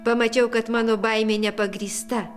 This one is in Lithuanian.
pamačiau kad mano baimė nepagrįsta